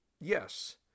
Yes